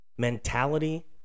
Mentality